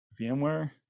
VMware